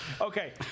Okay